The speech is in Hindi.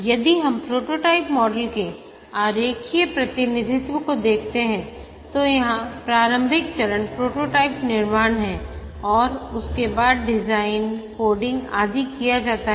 यदि हम प्रोटोटाइप मॉडल के आरेखीय प्रतिनिधित्व को देखते हैं तो यहां प्रारंभिक चरण प्रोटोटाइप निर्माण है और उसके बाद डिजाइन कोडिंग आदि किया जाता है